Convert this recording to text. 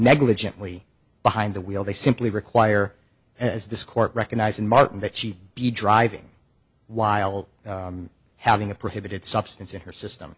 negligently behind the wheel they simply require as this court recognized martin that she'd be driving while having a prohibited substance in her system